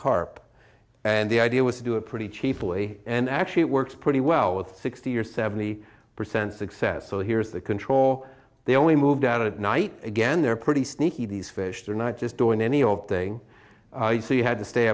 carp and the idea was to do it pretty cheaply and actually it works pretty well with sixty or seventy percent success so here's the control they only moved out at night again they're pretty sneaky these fish they're not just doing any of thing you had to stay